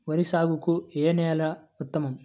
వరి సాగుకు ఏ నేల ఉత్తమం?